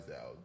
out